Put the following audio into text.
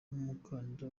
nk’umukandida